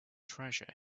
treasure